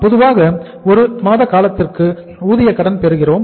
பொதுவாக 1 மாத காலத்திற்கு ஊதிய கடன் பெறுகிறோம்